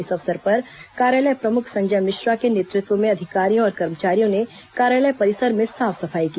इस अवसर पर कार्यालय प्रमुख संजय मिश्रा के नेतृत्व में अधिकारियों और कर्मचारियों ने कार्यालय परिसर में साफ सफाई की